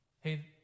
Hey